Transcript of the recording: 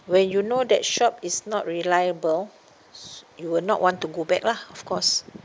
when you know that shop is not reliable you will not want to go back lah of course